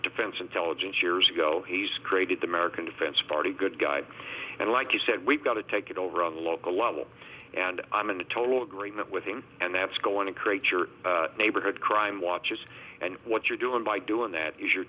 defense intelligence years ago he's created the american defense party good guy and like you said we've got to take it over on the local level and i'm in total agreement with him and that's going to create your neighborhood crime watches and what you're doing by doing that is you're